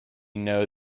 know